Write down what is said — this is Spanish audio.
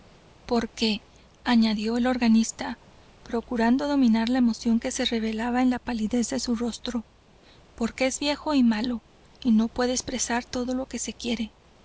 porque añadió el organista procurando dominar la emoción que se revelaba en la palidez de su rostro porque es viejo y malo y no puede expresar todo lo que se quiere